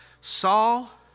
Saul